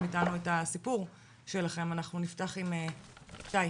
אתנו את הסיפור שלכם אנחנו נפתח עם שי,